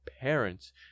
parents